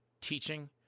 teaching